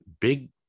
big